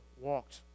walked